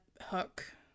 hook